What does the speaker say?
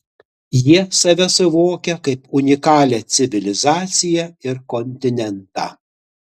jie save suvokia kaip unikalią civilizaciją ir kontinentą